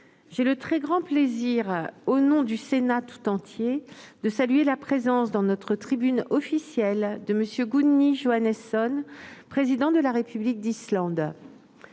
j'ai le très grand plaisir, au nom du Sénat tout entier, de saluer la présence, dans notre tribune officielle, de M. Gudni Johannesson, président de la République d'Islande.